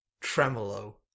Tremolo